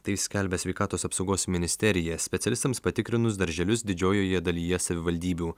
tai skelbia sveikatos apsaugos ministerija specialistams patikrinus darželius didžiojoje dalyje savivaldybių